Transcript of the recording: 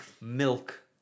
milk